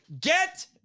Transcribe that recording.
get